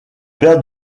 père